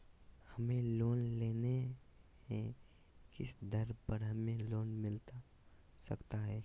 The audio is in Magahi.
हमें लोन लेना है किस दर पर हमें लोन मिलता सकता है?